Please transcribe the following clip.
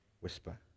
whisper